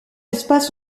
espaces